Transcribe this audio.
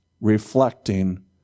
reflecting